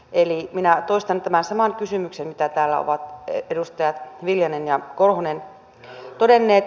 eli minä toistan tämän saman kysymyksen mitä täällä ovat edustaja viljanen ja korhonen todenneet